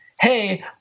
hey